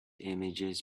images